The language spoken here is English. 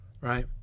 right